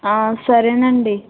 సరేనండి